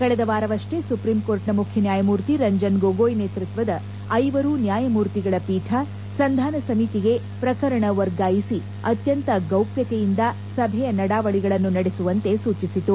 ಕಳೆದ ವಾರವಷ್ವೇ ಸುಪ್ರೀಂ ಕೋರ್ಟ್ನ ಮುಖ್ಯ ನ್ಯಾಯಮೂರ್ತಿ ರಂಜನ್ ಗೊಗೊಯ್ ನೇತೃತ್ವದ ಐವರು ನ್ಯಾಯಮೂರ್ತಿಗಳ ಪೀಠ ಸಂಧಾನ ಸಮಿತಿಗೆ ಪ್ರಕರಣ ವರ್ಗಾಯಿಸಿ ಅತ್ಯಂತ ಗೌಪ್ನತೆಯಿಂದ ಸಭೆಯ ನಡಾವಳಿಗಳನ್ನು ನಡೆಸುವಂತೆ ಸೂಚಿಸಿತು